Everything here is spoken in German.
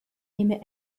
nehme